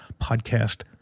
podcast